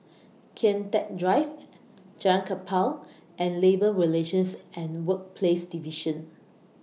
Kian Teck Drive Jalan Kapal and Labour Relations and Workplaces Division